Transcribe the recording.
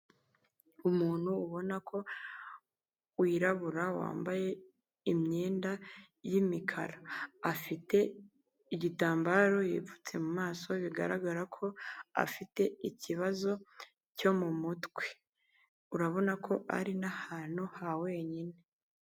Umuntu ubona ko wirabura wambaye imyenda y'imikara, afite igitambaro yipfutse mu maso bigaragara ko afite ikibazo cyo mu mutwe, urabona ko ari n'ahantu ha wenyine.